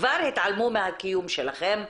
כבר התעלמו מהקיום שלכם,